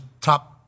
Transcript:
top